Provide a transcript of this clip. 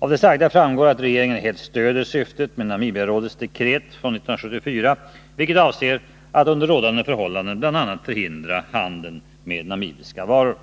Av det sagda framgår att regeringen helt stöder syftet med FN:s Namibiaråds dekret från 1974, vilket avser att under rådande förhållanden bl.a. förhindra handel med namibiska varor.